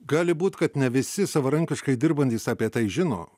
gali būt kad ne visi savarankiškai dirbantys apie tai žino